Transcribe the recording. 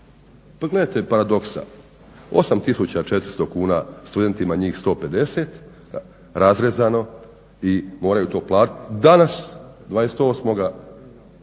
Pa gledajte paradoksa, 8400 kuna studentima, njih 150, razrezano i moraju to platiti, danas 28. rujna,